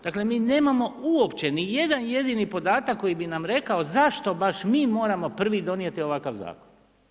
Dakle mi nemamo uopće nijedan jedini podataka koji bi nam rekao zašto baš mi moramo prvo donijeti ovakav zakon.